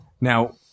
Now